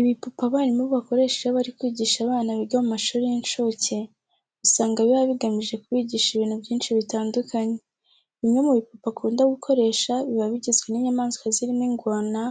Ibipupe abarimu bakoresha iyo bari kwigisha abana biga mu mashuri y'incuke, usanga biba bigamije kubigisha ibintu byinshi bitandukanye. Bimwe mu bipupe akunda gukoresha biba bigizwe n'inyamaswa zirimo ingona,